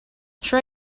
sure